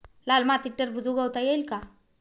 लाल मातीत टरबूज उगवता येईल का?